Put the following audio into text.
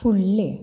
फुडलें